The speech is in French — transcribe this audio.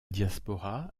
diaspora